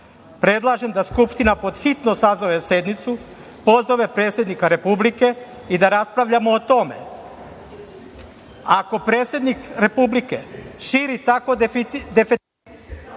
država. Predlažem da Skupština pod hitno sazove sednicu, pozove predsednika Republike i da raspravljamo o tome. Ako predsednik Republike širi takvo… (Isključen